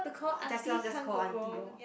!wah! just tell just call auntie loh